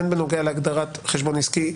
הן בנוגע להגדרת חשבון עסקי,